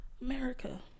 America